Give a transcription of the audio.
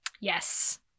Yes